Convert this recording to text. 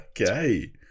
Okay